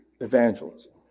evangelism